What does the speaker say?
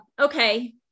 Okay